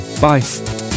Bye